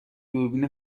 دوربین